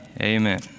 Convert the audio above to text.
Amen